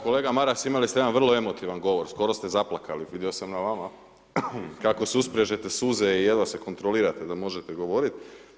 Kolega Maras, imali ste jedan vrlo emotivan govor, skoro ste zaplakali, vidio sam na vama kako susprežete suze i jedva se kontrolirate da možete govoriti.